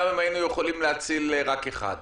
גם היינו יכולים להציל רק אחד.